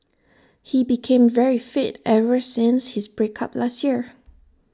he became very fit ever since his break up last year